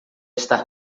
estar